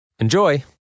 Enjoy